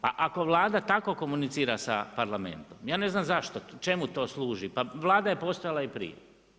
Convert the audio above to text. A ako Vlada tako komunicira sa Parlamentom, ja ne znam, zašto, čemu to služi, pa Vlada je postojala i prije.